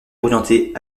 orientée